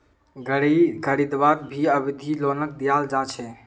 गारी खरीदवात भी अवधि लोनक दियाल जा छे